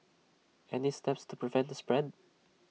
any steps to prevent the spread